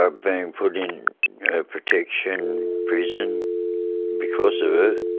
i've been put in protection prison because of ah